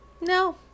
No